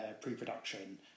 pre-production